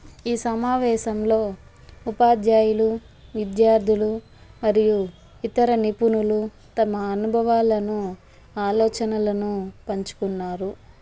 ఈ సమావేశంలో ఉపాధ్యాయులు విద్యార్థులు మరియు ఇతర నిపుణులు తమ అనుభవాలను ఆలోచనలను పంచుకున్నారు